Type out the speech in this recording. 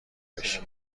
بشی